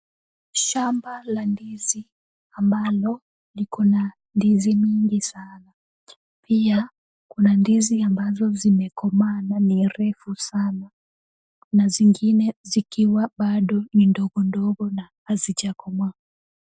Shamba la ndizi ambalo liko na ndizi mingi sana. Pia kuna ndizi ambazo zimekomaa na ni refu sana. Kuna zingine zikiwa bado ni ndogo ndogo na hazijakomaa.